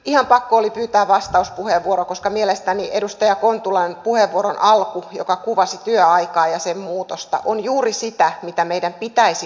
ihan pakko oli pyytää vastauspuheenvuoro koska mielestäni edustaja kontulan puheenvuoron alku joka kuvasi työaikaa ja sen muutosta on juuri sitä mitä meidän pitäisi pohtia